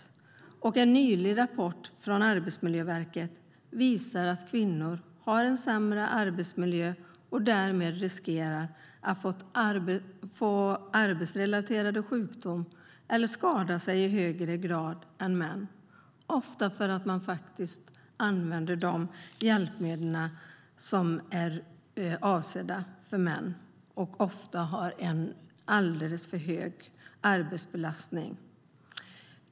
En nyligen publicerad rapport från Arbetsmiljöverket visar att kvinnor har sämre arbetsmiljö än män och därmed riskerar att få arbetsrelaterade sjukdomar eller skada sig i högre grad än män, ofta för att de använder hjälpmedel som är avsedda för män och för att de har alldeles för hög arbetsbelastning.